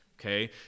okay